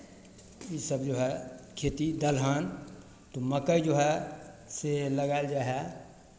इसभ जो हए खेती दलहन तऽ मक्कइ जो हए से लगायल जाइ हए